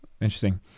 interesting